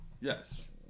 Yes